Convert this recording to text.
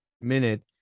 minute